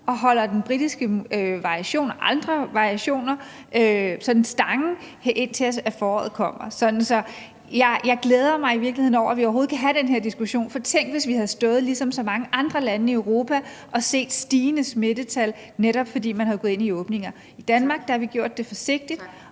og holder den britiske variation og andre variationer stangen, indtil foråret kommer. Så jeg glæder mig i virkeligheden over, at vi overhovedet kan have den her diskussion. For tænk, hvis vi havde stået ligesom så mange andre lande i Europa og set stigende smittetal, netop fordi man er gået ind i at åbne. I Danmark har vi gjort det forsigtigt,